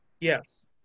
Yes